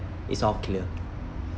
is all clear